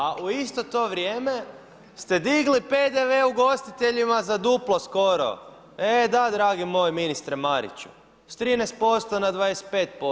A u isto to vrijeme, ste digli PDV ugostiteljima za duplo skoro, e da dragi moj ministre Mariću, s 13% na 25%